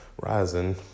rising